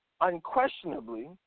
unquestionably